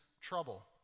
trouble